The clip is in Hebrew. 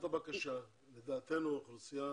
לדברי הפונה